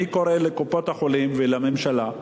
אני קורא לקופות-החולים ולממשלה,